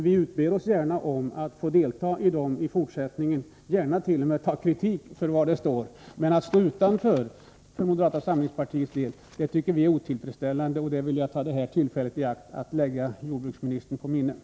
Vi utber oss gärna att få delta i den i fortsättningen och t.o.m. ta kritik för vad som står, men att moderata samlingspartiet står utanför tycker vi är otillfredsställande, och det vill jag ta det här tillfället i akt att lägga jordbruksministern på minnet.